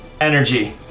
energy